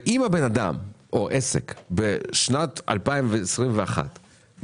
אם הבן אדם או עסק בשנת 2021 קיבל